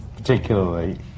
Particularly